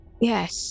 yes